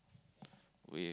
with